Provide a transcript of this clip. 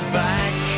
back